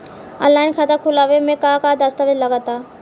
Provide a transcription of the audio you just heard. Online खाता खूलावे म का का दस्तावेज लगा ता?